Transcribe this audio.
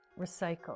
Recycle